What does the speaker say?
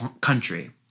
country